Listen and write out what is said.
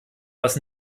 was